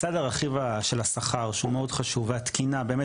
לצד הרכיב של השכר שהוא מאוד חשוב והתקינה באמת